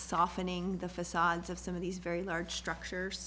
softening the facades of some of these very large structures